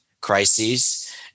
crises